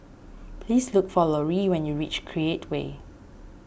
please look for Loree when you reach Create Way